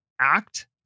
act